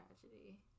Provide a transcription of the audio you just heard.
tragedy